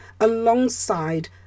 alongside